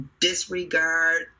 disregard